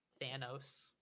Thanos